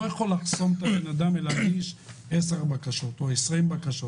יכול לחסום אדם מלהגיש עשר או עשרים בקשות,